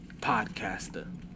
Podcaster